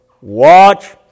Watch